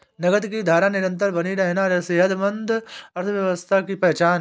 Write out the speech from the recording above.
नकद की धारा निरंतर बनी रहना सेहतमंद अर्थव्यवस्था की पहचान है